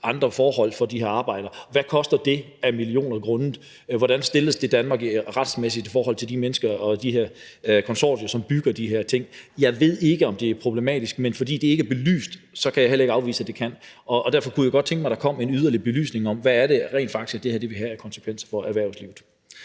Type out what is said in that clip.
andre forhold for de her arbejdere. Og hvad koster det? Hvordan stiller det Danmark retsmæssigt i forhold til de mennesker og de her konsortier, som bygger de her ting? Jeg ved ikke, om det er problematisk, men fordi det ikke er belyst, kan jeg heller ikke afvise, at det kan være det, og derfor kunne jeg godt tænke mig, at der kom en yderligere belysning af, hvad det rent faktisk er, det her vil have af konsekvenser for erhvervslivet.